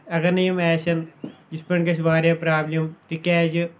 اَگر نہٕ یِم آسن یِتھ پٲٹھۍ گژھِ واریاہ پرابلِم تِکیازِ